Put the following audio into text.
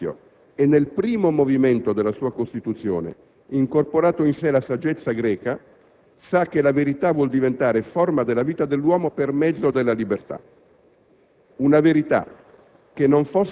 Il Cristianesimo, che ha fin dall'inizio e nel primo movimento della sua costituzione incorporato in sé la saggezza greca, sa che la verità vuol diventare forma della vita dell'uomo per mezzo della libertà.